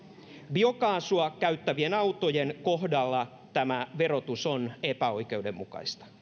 biokaasua käyttävien autojen kohdalla tämä verotus on epäoikeudenmukaista